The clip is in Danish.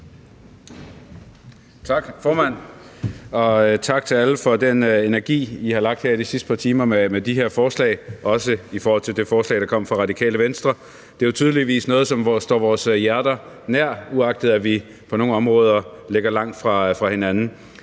Tak, formand, og tak til alle for den energi, I har lagt her de sidste par timer i de her forslag. Det gælder også det forslag, der kom fra Radikale Venstre. Det er jo tydeligvis noget, som står vores hjerter nær, uagtet at vi på nogle områder ligger langt fra hinanden.